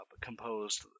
composed